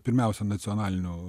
pirmiausia nacionalinio